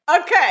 okay